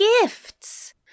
Gifts